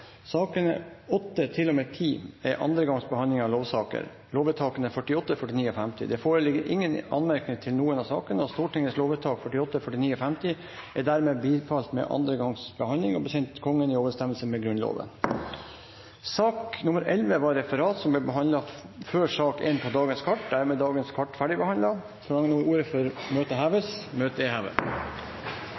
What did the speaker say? sakene nr. 8–10, er de andre gangs behandling av lovsaker. Presidenten foreslår at sakene behandles samlet. – Det anses vedtatt. Det foreligger ingen forslag til anmerkning i noen av sakene. Stortingets lovvedtak er dermed bifalt ved andre gangs behandling og blir å sende Kongen i overensstemmelse med Grunnloven. Sak nr. 11 var referat. Referatet ble behandlet før sak nr. 1 i dag. Dermed er dagens kart ferdigbehandlet. Forlanger noen ordet før møtet heves? – Møtet er hevet.